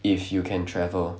if you can travel